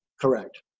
Correct